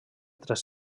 tres